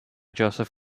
joseph